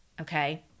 okay